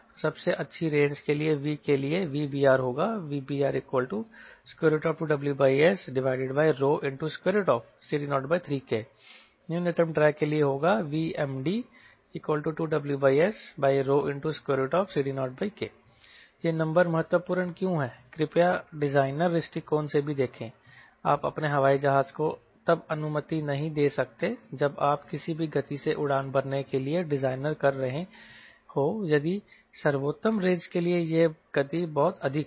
तो सबसे अच्छी रेंज के लिए V के लिए VBR होगा VBR2WSCD03K न्यूनतम ड्रैग के लिए होगा VMD2WSCD0K ये नंबर महत्वपूर्ण क्यों हैं कृपया डिज़ाइनर दृष्टिकोण से भी देखें आप अपने हवाई जहाज को तब अनुमति नहीं दे सकते जब आप किसी भी गति से उड़ान भरने के लिए डिज़ाइन कर रहे हों यदि सर्वोत्तम रेंज के लिए यह गति बहुत अधिक हो